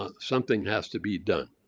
ah something has to be done.